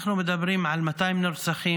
אנחנו מדברים על 200 נרצחים,